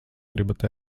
gribat